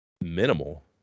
minimal